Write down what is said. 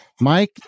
Mike